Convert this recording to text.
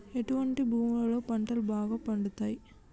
ఎటువంటి భూములలో పంటలు బాగా పండుతయ్?